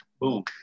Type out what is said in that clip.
boom